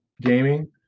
gaming